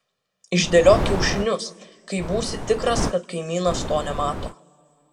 išdėliok kiaušinius kai būsi tikras kad kaimynas to nemato